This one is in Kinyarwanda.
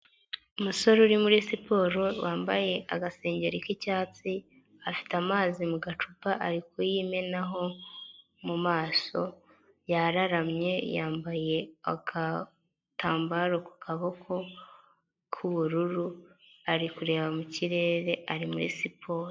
Umusore uri muri siporo wambaye agasengeri k'icyatsi, afite amazi mu gacupa ari kuyimenaho mu maso, yararamye yambaye agatambaro ku kaboko k'ubururu, ari kureba mu kirere ari muri siporo.